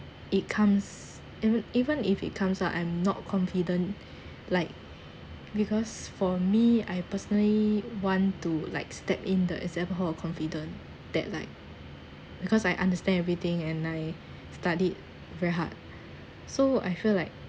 it comes even even if it comes out I'm not confident like because for me I personally want to like step in the exam hall of confident that like because I understand everything and I studied very hard so I feel like